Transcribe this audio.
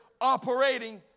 operating